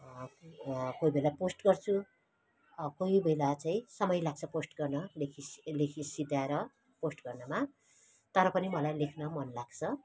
कोही बेला पोस्ट गर्छु कोही बेला चाहिँ समय लाग्छ पोस्ट गर्न लेखी सि लेखी सिद्ध्याएर पोस्ट गर्नुमा तर पनि मलाई लेख्न मन लाग्छ